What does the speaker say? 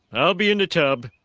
i'll be in the tub